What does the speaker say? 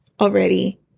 already